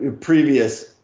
previous –